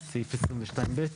כן, סעיף 22 ב'?